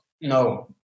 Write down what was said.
no